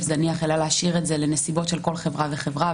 זניח אלא להשאיר את זה לנסיבות של כל חברה וחברה,